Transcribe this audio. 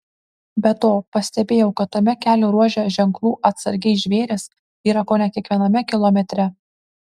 be to pastebėjau kad tame kelio ruože ženklų atsargiai žvėrys yra kone kiekviename kilometre